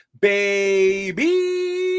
baby